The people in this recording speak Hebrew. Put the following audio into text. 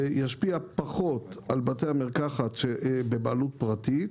זה ישפיע פחות על בתי מרקחת בבעלות פרטית,